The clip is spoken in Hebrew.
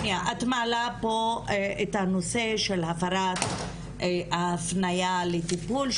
את מעלה פה את הנושא של הפרת ההפניה לטיפול,